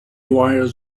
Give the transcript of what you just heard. wires